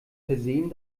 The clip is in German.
versehen